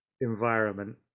environment